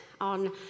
on